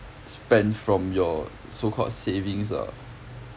spend from your so called savings ah